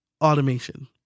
automation